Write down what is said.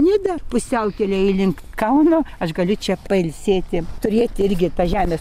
nidą pusiaukelėj link kauno aš galiu čia pailsėti turėti irgi tą žemės